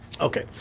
Okay